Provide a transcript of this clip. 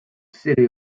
city